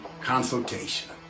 consultation